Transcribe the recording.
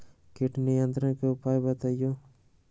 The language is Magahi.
किट नियंत्रण के उपाय बतइयो?